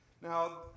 Now